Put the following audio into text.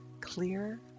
clear